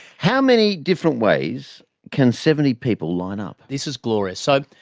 how many different ways can seventy people line up? this is glorious. so,